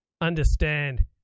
understand